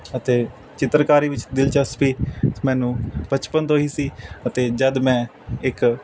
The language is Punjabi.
ਅਤੇ ਚਿੱਤਰਕਾਰੀ ਵਿੱਚ ਦਿਲਚਸਪੀ ਮੈਨੂੰ ਬਚਪਨ ਤੋਂ ਹੀ ਸੀ ਅਤੇ ਜਦ ਮੈਂ ਇੱਕ